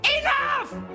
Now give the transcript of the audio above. Enough